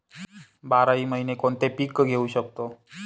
बाराही महिने कोणते पीक घेवू शकतो?